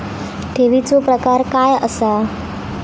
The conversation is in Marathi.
ठेवीचो प्रकार काय असा?